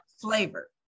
Flavor